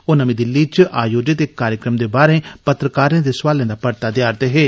ओ अज्ज नमीं दिल्ली च आयोजित इक कार्जक्रम दे बाहरें पत्रकारें दे सोआलें दा परता देआ रदे हे